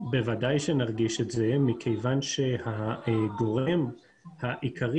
בוודאי שנרגיש את זה מכיוון שהגורם העיקרי